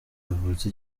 havutse